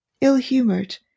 ill-humoured